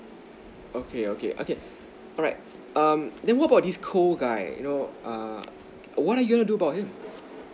okay okay okay alright um then what about this koh guy you know um what are you gonna do about him